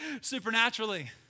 Supernaturally